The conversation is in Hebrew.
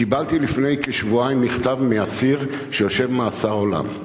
קיבלתי לפני כשבועיים מכתב מאסיר שיושב במאסר עולם: